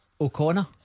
O'Connor